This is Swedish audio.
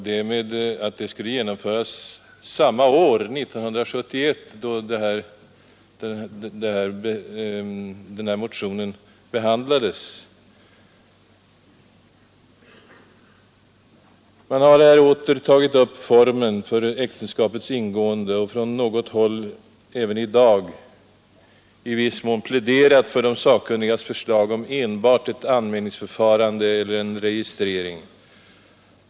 Beslut begärdes så att det skulle kunnat träda i kraft samma år, 1971, då den här motionen alltså behandlades. Man har åter här tagit upp formen för äktenskapets ingående och även i dag från något håll i viss mån pläderat för de sakkunnigas förslag om enbart ett anmälningsförfarande eller en registrering.